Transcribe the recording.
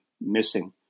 missing